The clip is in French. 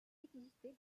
exister